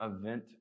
event